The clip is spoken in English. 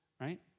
right